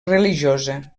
religiosa